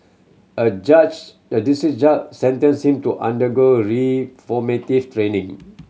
a judge a district judge sentenced him to undergo reformative training